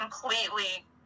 completely